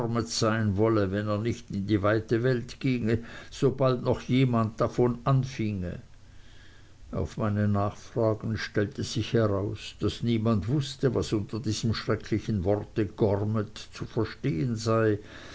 sein wollte wenn er nicht in die weite welt ginge sobald noch jemand davon anfinge auf meine nachfragen stellte sich heraus daß niemand wußte was unter diesem schrecklichen wort gormet zu verstehen sei